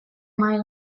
mahai